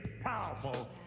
powerful